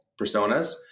personas